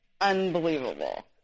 unbelievable